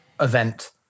event